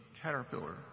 Caterpillar